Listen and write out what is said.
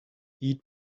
eat